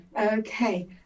okay